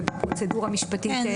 וגם פרוצדורה משפטית מורכבת,